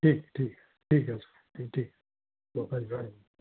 ठीकु ठीकु ठीकु आहे साईं ठीकु